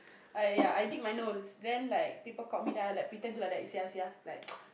ya I dig my nose then like people caught me then I will like pretend to like you see ah see ah like